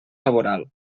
laboral